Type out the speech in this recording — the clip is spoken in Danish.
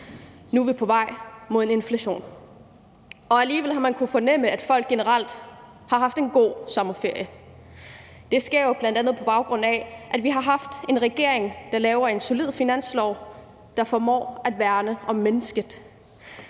nu er vi på vej mod en inflation. Alligevel har man kunnet fornemme, at folk generelt har haft en god sommerferie. Det er jo bl.a., på baggrund af at vi har haft en regering, der har lavet en solid finanslov, som formår at værne om mennesket.